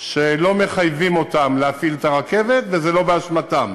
שלא מחייבים אותם להפעיל את הרכבת, וזה לא באשמתם.